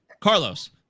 Carlos